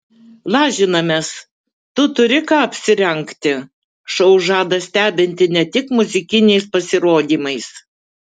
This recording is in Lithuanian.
lažinamės tu turi ką apsirengti šou žada stebinti ne tik muzikiniais pasirodymais